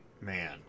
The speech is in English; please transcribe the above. man